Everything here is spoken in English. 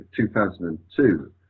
2002